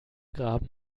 graben